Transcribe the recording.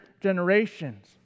generations